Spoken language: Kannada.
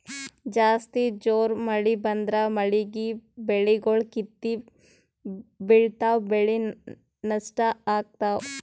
ಜಾಸ್ತಿ ಜೋರ್ ಮಳಿ ಬಂದ್ರ ಮಳೀಗಿ ಬೆಳಿಗೊಳ್ ಕಿತ್ತಿ ಬಿಳ್ತಾವ್ ಬೆಳಿ ನಷ್ಟ್ ಆಗ್ತಾವ್